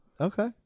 okay